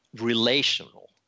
relational